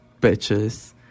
bitches